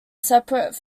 separate